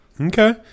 Okay